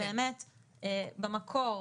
במקור,